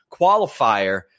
qualifier